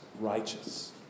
righteous